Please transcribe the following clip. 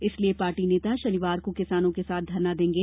इसलिए पार्टी नेता शनिवार को किसानों के साथ धरना देंगे